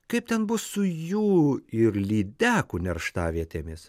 kaip ten bus su jų ir lydekų nerštavietėmis